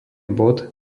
bod